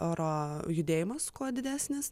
oro judėjimas kuo didesnis